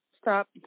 Stop